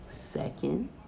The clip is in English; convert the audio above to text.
Second